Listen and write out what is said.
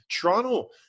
Toronto